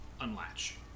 unlatch